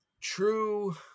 true